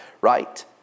right